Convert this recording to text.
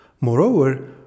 Moreover